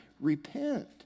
Repent